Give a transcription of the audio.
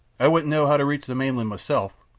i wouldn't know how to reach the mainland myself,